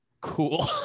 cool